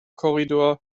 korridor